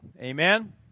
Amen